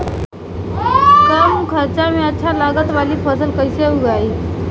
कम खर्चा में अच्छा लागत वाली फसल कैसे उगाई?